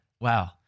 Wow